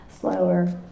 slower